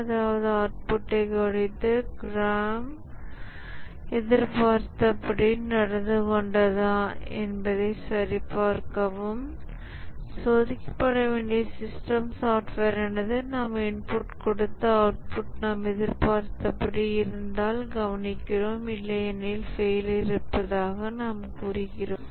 அதாவது அவுட்புட்டைக் கவனித்து ப்ரோக்ராம் எதிர்பார்த்தபடி நடந்து கொண்டதா என்பதைச் சரிபார்க்கவும் சோதிக்கப்பட வேண்டிய சிஸ்டம் சாஃப்ட்வேரானது நாம் இன்புட்க் கொடுத்து அவுட்புட் நாம் எதிர்பார்த்தபடி இருந்தால் கவனிக்கிறோம் இல்லையெனில் ஃபெயிலியர் இருப்பதாக நாம் கூறுகிறோம்